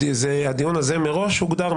הדיון הזה מראש הוגדר,